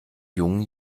jungen